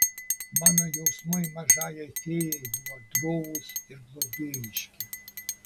mano jausmai mažajai fėjai buvo drovūs ir globėjiški